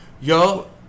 Yo